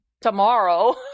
tomorrow